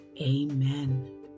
Amen